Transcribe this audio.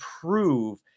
prove